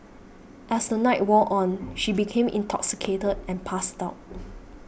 as the night wore on she became intoxicated and passed out